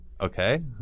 Okay